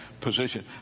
position